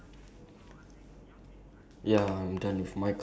work school and all lah ya